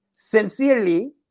Sincerely